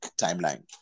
timeline